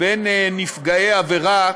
בין נפגעי עבירה